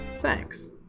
thanks